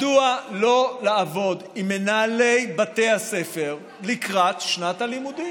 מדוע לא לעבוד עם מנהלי בתי הספר לקראת שנת הלימודים?